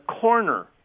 Corner